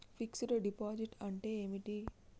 Fix డ్ deposit అంటే ఏమిటి?